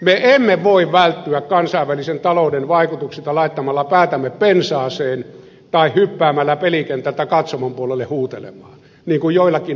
me emme voi välttyä kansainvälisen talouden vaikutuksilta laittamalla päätämme pensaaseen tai hyppäämällä pelikentältä katsomon puolelle huutelemaan niin kuin joillakin on ollut harrastusta